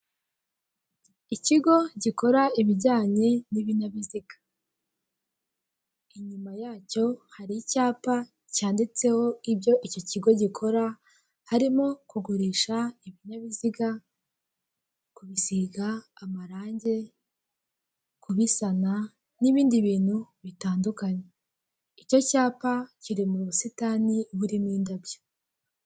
Ikigo gikora ibijyanye n'ibinyabiziga, inyuma yaco hari icyapa cyanditseho ibyo icyo kigo gikora harimo kugurisha ibinyabiziga, kubisiga amarange, kubisana n'ibindi bintu bitandukanye. Icyo cyapa kiri mubusitani burimo indabyo.